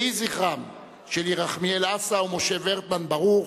יהי זכרם של ירחמיאל אסא ומשה ורטמן ברוך.